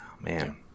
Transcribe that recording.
man